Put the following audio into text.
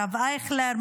הרב אייכלר,